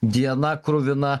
diena kruvina